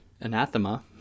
anathema